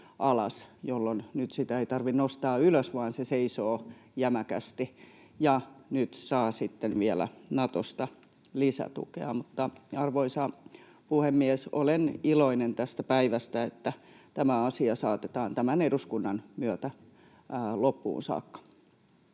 jolloin nyt sitä ei tarvitse nostaa ylös, vaan se seisoo jämäkästi ja nyt saa sitten vielä Natosta lisätukea. Arvoisa puhemies! Olen iloinen tästä päivästä, että tämä asia saatetaan tämän eduskunnan myötä loppuun saakka.